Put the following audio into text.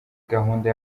gahunda